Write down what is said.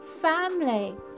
family